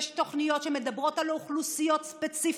יש תוכניות שמדברות על אוכלוסיות ספציפיות.